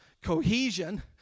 Cohesion